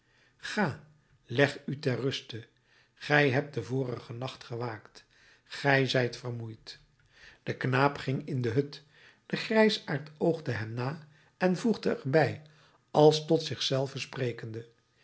ga leg u ter ruste gij hebt den vorigen nacht gewaakt ge zijt vermoeid de knaap ging in de hut de grijsaard oogde hem na en voegde er bij als tot zich zelven sprekende